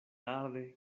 arde